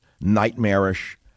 nightmarish